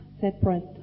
separate